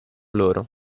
loro